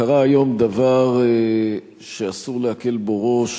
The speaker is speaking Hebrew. קרה היום דבר שאסור להקל בו ראש.